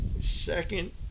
Second